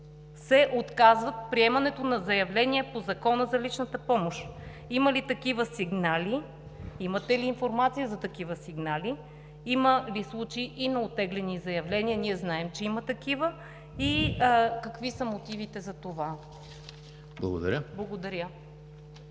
се отказват от приемането на заявления по Закона за личната помощ. Има ли такива сигнали, имате ли информация за такива сигнали? Има ли случаи и на оттеглени заявления? Ние знаем, че има такива. Какви са мотивите за това? Благодаря. ПРЕДСЕДТЕЛ